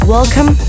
Welcome